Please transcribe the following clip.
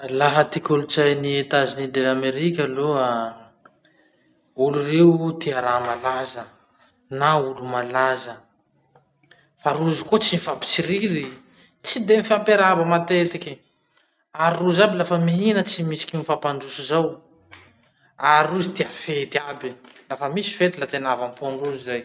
Laha ty kolotsain'ny Etats-unis de l'amérique aloha, olo reo tia raha malaza, na olo malaza, fa rozy koa tsy mifampitsiriry, tsy de mifampiarahaba matetiky, ary rozy aby lafa mihina tsy misy ky mifapandroso zao. Ary rozy tia fety aby. Lafa misy fety la tena avy am-pondrozy zay.